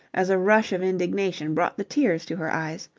as a rush of indignation brought the tears to her eyes.